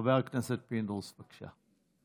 חבר הכנסת פינדרוס, בבקשה.